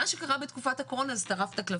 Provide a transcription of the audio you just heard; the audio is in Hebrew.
מה שקרה בתקופת הקורונה, זה טרף את הקלפים.